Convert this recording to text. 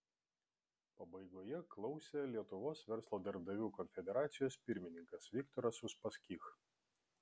pabaigoje klausė lietuvos verslo darbdavių konfederacijos pirmininkas viktoras uspaskich